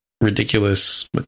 ridiculous